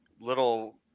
little